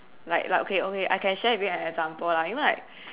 like like okay okay I can share with you an example lah you know like